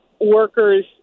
workers